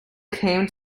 came